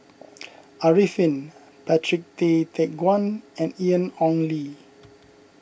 Arifin Patrick Tay Teck Guan and Ian Ong Li